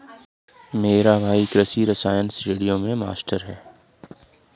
मेरा भाई कृषि रसायन श्रेणियों में मास्टर है